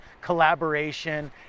collaboration